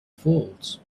falls